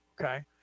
okay